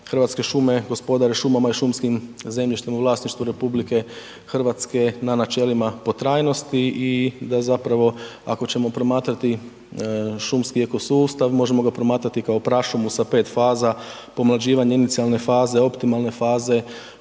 Hrvatske šume gospodare šumama i šumskim zemljištem u vlasništvu RH na načelima potrajnosti i da zapravo ako ćemo promatrati šumski ekosustav možemo ga promatrati kao prašumu sa 5 faza, pomlađivanje inicijalne faze, optimalne faze,